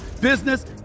business